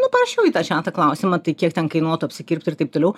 nu parašiau į tą čiatą klausimą tai kiek ten kainuotų apsikirpt ir taip toliau